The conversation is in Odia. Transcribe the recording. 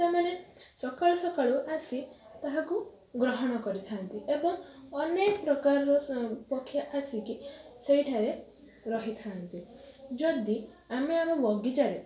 ସେମାନେ ସକାଳୁ ସକାଳୁ ଆସି ତାହାକୁ ଗ୍ରହଣ କରିଥାନ୍ତି ଏବଂ ଅନେକ ପ୍ରକାରର ପକ୍ଷୀ ଆସିକି ସେଇଠାରେ ରହିଥାନ୍ତି ଯଦି ଆମେ ଆମ ବଗିଚାରେ